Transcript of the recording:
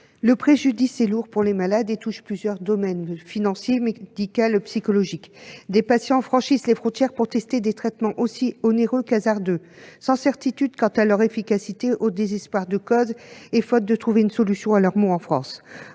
le préjudice est lourd pour les malades et touche plusieurs domaines : financier, médical, psychologique. Des patients franchissent les frontières pour tester des traitements aussi onéreux que hasardeux, sans certitude quant à leur efficacité, en désespoir de cause et faute de trouver une réponse à leurs maux en France.